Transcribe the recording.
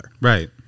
Right